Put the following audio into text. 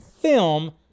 film